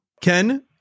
Ken